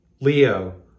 Leo